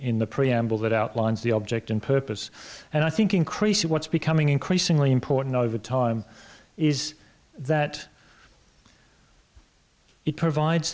in the preamble that outlines the object and purpose and i think increasing what's becoming increasingly important over time is that it provides